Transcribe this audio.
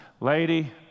lady